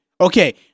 Okay